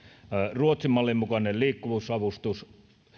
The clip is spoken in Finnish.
ruotsin mallin mukaista liikkuvuusavustusta